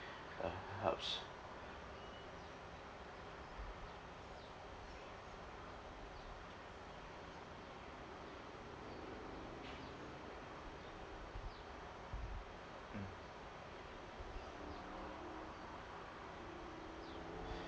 uh helps mm